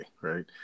right